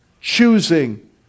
choosing